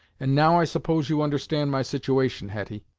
and now i suppose you understand my situation, hetty.